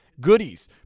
goodies